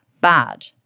bad